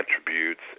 attributes